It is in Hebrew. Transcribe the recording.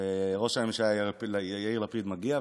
ראש הממשלה יאיר לפיד מגיע,